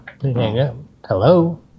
Hello